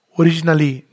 originally